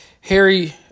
Harry